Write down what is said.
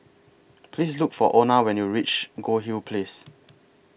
Please Look For Ona when YOU REACH Goldhill Place